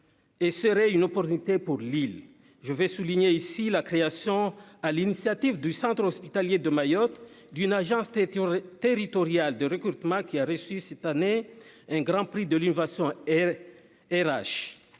et serait une opportunité pour Lille je vais souligner ici la création à l'initiative du hospitalier de Mayotte, d'une agence TT territoriale de recrutement qui a reçu cette année un Grand Prix de l'innovation et